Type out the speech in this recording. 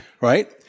right